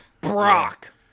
Brock